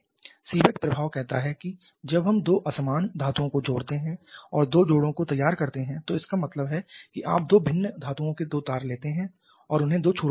Seebeck प्रभाव कहता है कि जब हम दो असमान धातुओं को जोड़ते हैं और दो जोड़ों को तैयार करते हैं तो इसका मतलब है कि आप दो भिन्न धातुओं के दो तार लेते हैं और उन्हें दो छोरों पर जोड़ते हैं